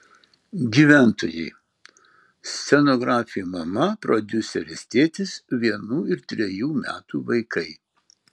gyventojai scenografė mama prodiuseris tėtis vienų ir trejų metų vaikai